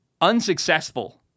unsuccessful